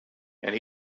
and